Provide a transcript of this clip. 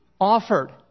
offered